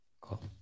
Cool